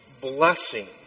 blessing